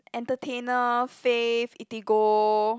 Entertainer Fave Eatigo